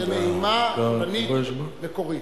זאת נעימה פולנית מקורית.